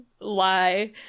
lie